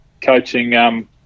coaching